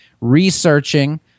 researching